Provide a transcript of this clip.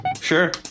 Sure